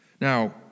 Now